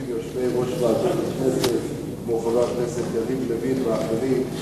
ויושבי-ראש ועדות הכנסת כמו חבר הכנסת יריב לוין ואחרים,